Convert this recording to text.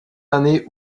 années